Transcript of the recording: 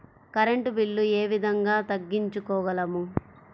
Current bill ఏ విధంగా తగ్గించుకోగలము?